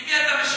טיבי, אתה משקר.